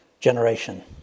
Generation